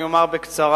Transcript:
אני אומר בקצרה: